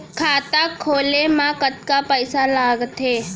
खाता खोले मा कतका पइसा लागथे?